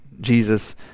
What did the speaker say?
Jesus